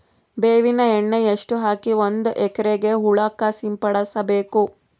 ಬೇವಿನ ಎಣ್ಣೆ ಎಷ್ಟು ಹಾಕಿ ಒಂದ ಎಕರೆಗೆ ಹೊಳಕ್ಕ ಸಿಂಪಡಸಬೇಕು?